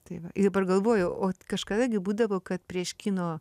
tai va dabar galvoju o kažkada būdavo kad prieš kino